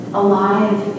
alive